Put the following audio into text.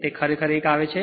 તે ખરેખર આ એક આવે છે